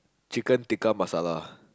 chicken Tikka masala